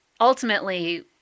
ultimately